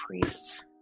priests